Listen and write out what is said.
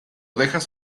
dejas